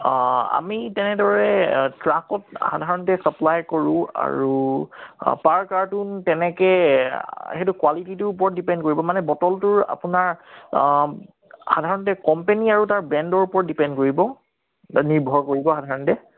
অঁ আমি তেনেদৰে ট্ৰাকত সাধাৰণতে ছাপ্লাই কৰোঁ আৰু পাৰ কাৰ্টুন তেনেকৈ সেইটো কুৱালিটিটোৰ ওপৰত ডিপেণ্ড কৰিব মানে বটলটো আপোনাৰ সাধাৰণতে কোম্পেনী আৰু তাৰ ব্ৰেণ্ডৰ ওপৰত ডিপেণ্ড কৰিব বা নিৰ্ভৰ কৰিব সাধাৰণতে